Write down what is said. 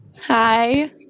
Hi